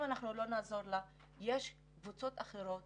אם לא נעזור להם, יהיו קבוצות אחרות